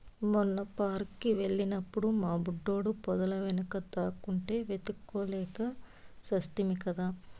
మొన్న పార్క్ కి వెళ్ళినప్పుడు మా బుడ్డోడు పొదల వెనుక దాక్కుంటే వెతుక్కోలేక చస్తిమి కదా